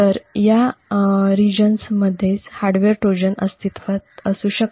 तर या प्रदेशातच हार्डवेअर ट्रोजन अस्तित्त्वात असू शकता